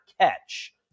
catch